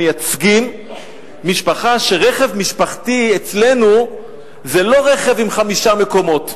אנחנו מייצגים משפחה שאצלה הרכב המשפחתי זה לא רכב עם חמישה מקומות.